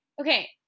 okay